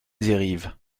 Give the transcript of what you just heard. dérive